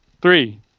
Three